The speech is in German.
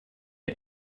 wir